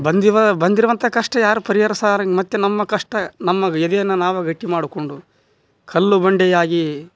ಬಂದಿವ ಬಂದಿರುವಂಥ ಕಷ್ಟ ಯಾರು ಪರಿಹರಿಸೋರಿನ್ನು ಮತ್ತೆ ನಮ್ಮ ಕಷ್ಟ ನಮ್ಮ ಎದೆಯನ್ನ ನಾವೇ ಗಟ್ಟಿಮಾಡ್ಕೊಂಡು ಕಲ್ಲು ಬಂಡೆಯಾಗಿ